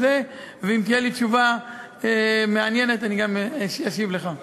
ואם תהיה לי תשובה מעניינת אני גם אשיב לך.